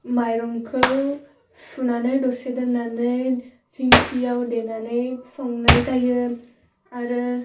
माइरंखौ सुनानै दसे दोननानै थिंखियाव देनानै संनाय जायो आरो